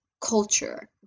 culture